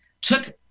took